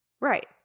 right